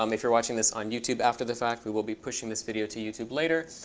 um if you're watching this on youtube after the fact, we will be pushing this video to youtube later.